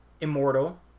immortal